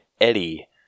Eddie